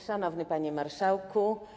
Szanowny Panie Marszałku!